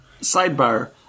sidebar